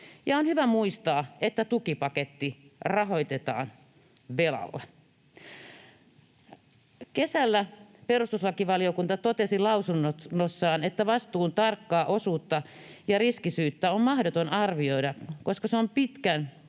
on hyvä muistaa, että tukipaketti rahoitetaan velalla. Kesällä perustuslakivaliokunta totesi lausunnossaan, että vastuun tarkkaa osuutta ja riskisyyttä on mahdoton arvioida, koska se on pitkän